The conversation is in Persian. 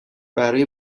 برا